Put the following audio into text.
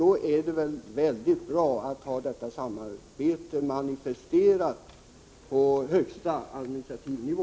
Det är väl väldigt bra att ha detta samarbete manifesterat på högsta administrativa nivå!